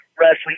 wrestling